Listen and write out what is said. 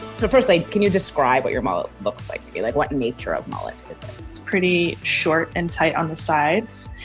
first, like can you describe what your model looks like to be like what? nature of mullet? it's pretty short and tight on the sides,